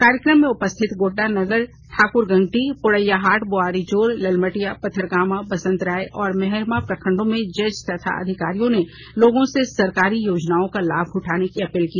कार्यक्रम में उपस्थित गोड्डा नगर ठाक्रगंगटी पोड़ैयाहाट बोअरिजोर लल मटिया पथरगामा बसंतराय मेहरमा प्रखंडों में जज तथा अधिकारियों ने लोगों से सरकारी योजनाओं का लाभ उठाने की अपील की